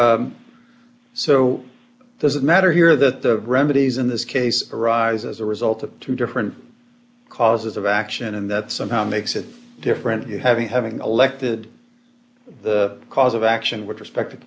saying so does it matter here the remedies in this case arise as a result of two different causes of action and that somehow makes it different you having having elected the cause of action which respect